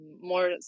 More